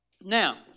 Now